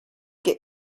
get